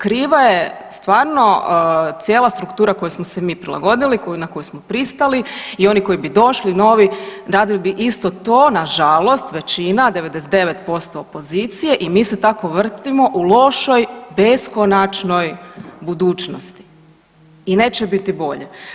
Kriva je stvarno cijela struktura kojoj smo se mi prilagodili, na koju smo pristali i oni koji bi došli novi radili bi isto to, nažalost većina 99% opozicije, i mi se tako vrtimo u lošoj beskonačnoj budućnosti i neće biti bolje.